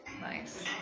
nice